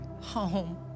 home